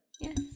Yes